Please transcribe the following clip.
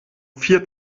vier